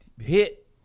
hit